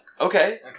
Okay